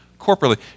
corporately